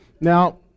Now